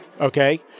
okay